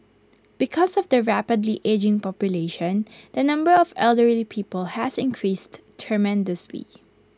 because of the rapidly ageing population the number of elderly people has increased tremendously